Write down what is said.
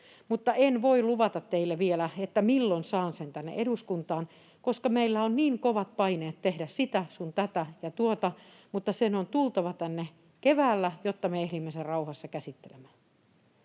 en voi luvata teille vielä, milloin saan sen tänne eduskuntaan, koska meillä on niin kovat paineet tehdä sitä sun tätä ja tuota. Mutta sen on tultava tänne keväällä, jotta me ehdimme sen rauhassa käsittelemään.